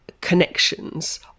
connections